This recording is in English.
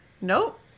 nope